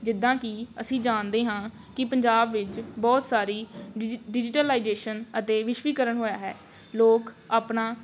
ਜਿੱਦਾਂ ਕਿ ਅਸੀਂ ਜਾਣਦੇ ਹਾਂ ਕਿ ਪੰਜਾਬ ਵਿੱਚ ਬਹੁਤ ਸਾਰੀ ਡਿਜੀ ਡਿਜੀਟਲਾਈਜੇਸ਼ਨ ਅਤੇ ਵਿਸ਼ਵੀਕਰਨ ਹੋਇਆ ਹੈ ਲੋਕ ਆਪਣਾ